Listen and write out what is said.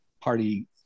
Party